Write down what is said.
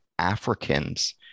Africans